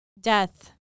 Death